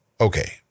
okay